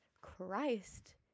christ